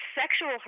sexual